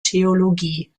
theologie